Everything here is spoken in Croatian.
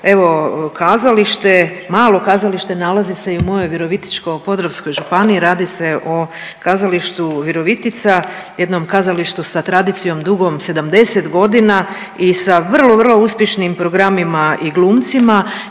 malo kazalište nalazi se i u mojom Virovitičko-podravskoj županiji, a radi se o Kazalištu Virovitica, jednom kazalištu sa tradicijom dugom 70.g. i sa vrlo vrlo uspješnim programima i glumcima